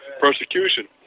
persecution